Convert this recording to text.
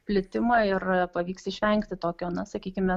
plitimą ir pavyks išvengti tokio na sakykime